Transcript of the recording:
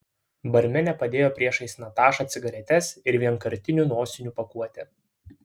barmenė padėjo priešais natašą cigaretes ir vienkartinių nosinių pakuotę